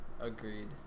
agreed